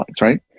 right